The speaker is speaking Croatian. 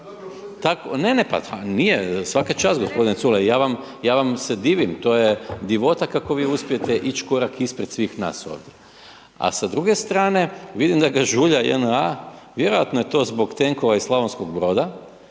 ne, ne, nije svaka čast gospodine Culej ja vam se divim, to je divota kako vi uspijete ići korak ispred svih nas ovdje. A sa druge strane vidim da ga žulja JNA vjerojatno je to zbog tenkova iz Slavonskog Broda,